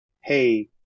hey